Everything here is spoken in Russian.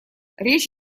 речь